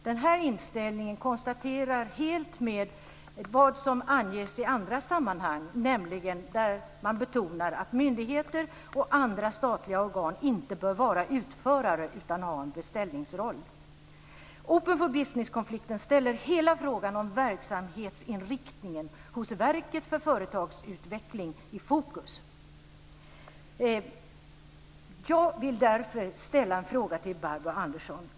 Denna inställning kontrasterar helt till vad som anges i andra sammanhang, där man betonar att myndigheter och andra statliga organ inte bör vara utförare utan ha en beställningsroll. Open for business-konflikten ställer hela frågan om verksamhetsinriktningen hos verket för företagsutveckling i fokus. Jag vill därför ställa en fråga till Barbro Andersson Öhrn.